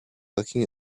looking